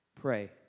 pray